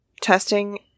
testing